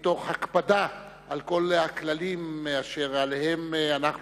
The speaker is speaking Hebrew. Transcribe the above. ומתוך הקפדה על כל הכללים אשר עליהם אנחנו